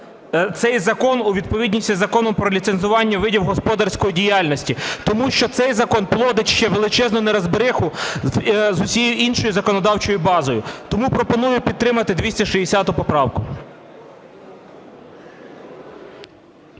цей закон у відповідність із Законом "Про ліцензування видів господарської діяльності". Тому що цей закон плодить ще величезну неразбериху з усією іншою законодавчою базою. Тому пропоную підтримати 260 поправку.